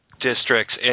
districts